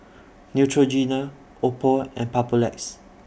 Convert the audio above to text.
Neutrogena Oppo and Papulex